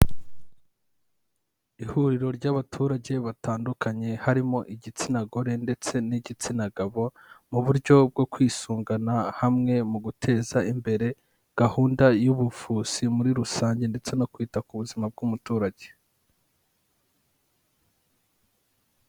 Ihuriro ry'abaturage batandukanye harimo igitsina gore ndetse n'igitsina gabo, mu buryo bwo kwisungana hamwe mu guteza imbere gahunda y'ubuvuzi muri rusange ndetse no kwita ku buzima bw'umuturage.